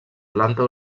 planta